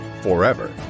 forever